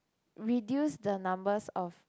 reduce the numbers of